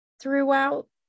throughout